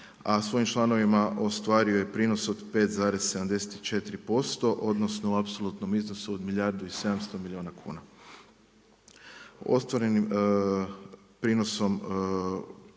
a svojim članovima ostvario je prinos od 5,74% odnosno u apsolutnom iznosu od milijardu i 700 milijuna kuna. Ostvarenim prinosom,